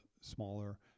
smaller